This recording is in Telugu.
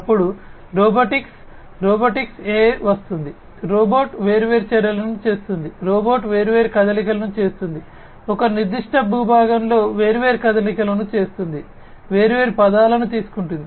అప్పుడు రోబోటిక్స్లో రోబోటిక్స్ AI వస్తుంది రోబోట్ వేర్వేరు చర్యలను చేస్తుంది రోబోట్ వేర్వేరు కదలికలు చేస్తుంది ఒక నిర్దిష్ట భూభాగంలో వేర్వేరు కదలికలను చేస్తుంది వేర్వేరు పథాలను తీసుకుంటుంది